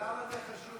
ולמה זה חשוב?